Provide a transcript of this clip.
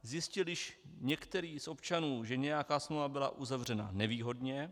Zjistil již některý z občanů, že nějaká smlouva byla uzavřena nevýhodně?